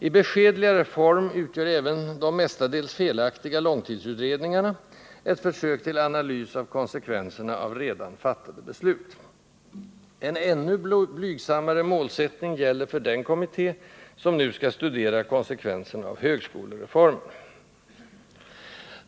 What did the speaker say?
I beskedligare form utgör även de mestadels felaktiga långtidsutredningarna ett försök till analys av konsekvenserna av redan fattade beslut. En ännu blygsammare målsättning gäller för den kommitté som nu skall studera konsekvenserna av ”högskolereformen”.